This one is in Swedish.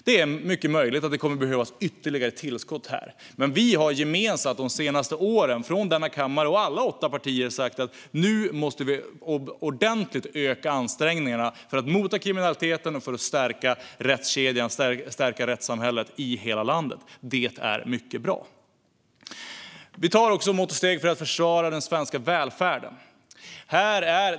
Det är mycket möjligt att det kommer att behövas ytterligare tillskott, men vi har gemensamt de senaste åren från denna kammare och alla åtta partier sagt att vi nu ordentligt måste öka ansträngningarna för att mota kriminaliteten och stärka rättskedjan och rättssamhället i hela landet. Det är mycket bra. Vi vidtar också mått och steg för att försvara den svenska välfärden.